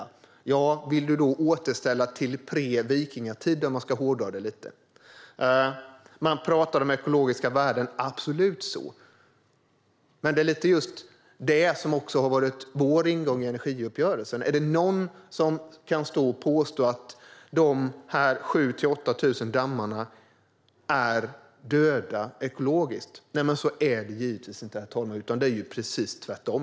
Om jag ska hårdra det lite undrar jag: Vill du då återställa till pre-vikingatiden? Man pratar om ekologiska värden. Det är absolut så. Men det är lite just det som också har varit vår ingång i energiuppgörelsen. Är det någon som kan stå och påstå att de 7 000-8 000 dammarna är döda ekologiskt? Nej, så är det givetvis inte, herr talman. Det är precis tvärtom.